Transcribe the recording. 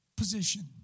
position